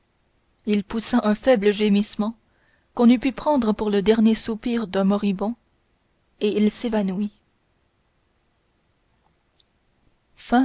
il poussa un faible gémissement qu'on eût pu prendre pour le dernier soupir d'un moribond et il s'évanouit